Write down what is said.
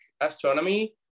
astronomy